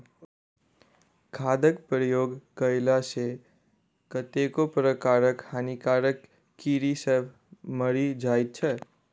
खादक प्रयोग कएला सॅ कतेको प्रकारक हानिकारक कीड़ी सभ मरि जाइत छै